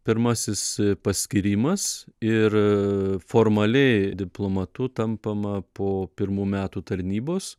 pirmasis paskyrimas ir formaliai diplomatu tampama po pirmų metų tarnybos